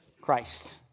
Christ